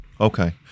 Okay